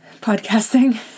podcasting